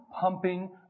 pumping